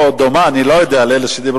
או דומה, אני לא יודע, לאלה שדיברו.